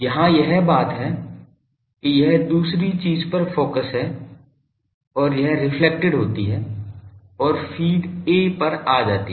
यहाँ यह बात है कि यह दूसरी चीज़ पर फोकस है और यह रेफ्लेक्टेड होती है और फ़ीड A पर आ जाती है